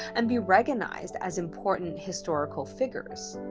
and be recognized as important historical figures.